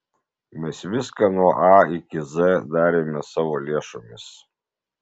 mes viską nuo a iki z darėme savo lėšomis